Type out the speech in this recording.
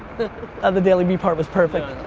ah the dailyvee part was perfect.